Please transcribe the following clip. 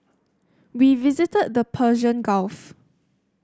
we visited the Persian Gulf